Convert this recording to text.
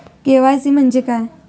KYC म्हणजे काय?